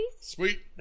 Sweet